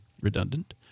redundant